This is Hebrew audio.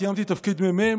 סיימתי תפקיד מ"מ,